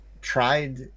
tried